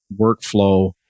workflow